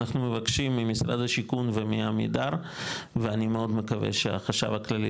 אנחנו מבקשים ממשרד השיכון ומעמידר ואני מאוד מקווה שהחשב הכללי,